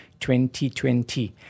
2020